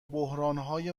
بحرانهای